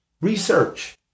Research